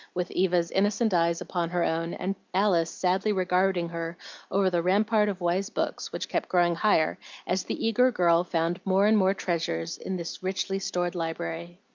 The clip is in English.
with eva's innocent eyes upon her own, and alice sadly regarding her over the rampart of wise books, which kept growing higher as the eager girl found more and more treasures in this richly stored library.